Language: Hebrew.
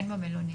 כן במלונית.